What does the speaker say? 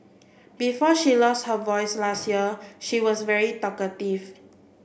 before she lost her voice last year she was very talkative